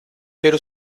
pero